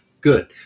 Good